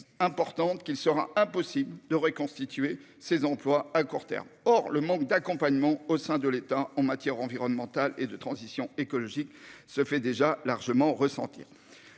importantes qu'il sera impossible de reconstituer ces emplois à court terme. Or le manque d'accompagnement au sein de l'État en matière environnementale et de transition écologique se fait déjà largement ressentir.